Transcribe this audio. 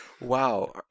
wow